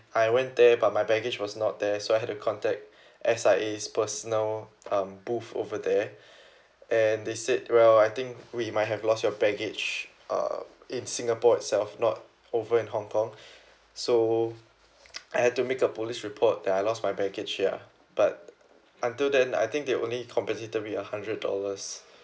I went there but my baggage was not there so I have to contact S_I_A's personal um booth over there and they said well I think we might have lost your baggage uh in singapore itself not over in hong kong so I had to make a police report that I lost my baggage ya but until then I think they only compensated me a hundred dollars